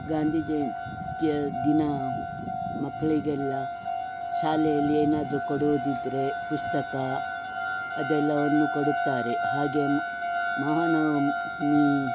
ಗಾಂಧಿ ಜಯಂತಿಯ ದಿನ ಮಕ್ಕಳಿಗೆಲ್ಲ ಶಾಲೆಯಲ್ಲಿ ಏನಾದರೂ ಕೊಡುವುದಿದ್ದರೆ ಪುಸ್ತಕ ಅದೆಲ್ಲವನ್ನು ಕೊಡುತ್ತಾರೆ ಹಾಗೆ ಮಹಾನವಮಿ